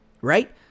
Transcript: right